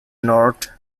nord